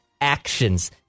actions